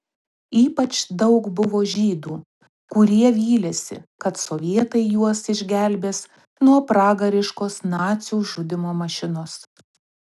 ypač daug buvo žydų kurie vylėsi kad sovietai juos išgelbės nuo pragariškos nacių žudymo mašinos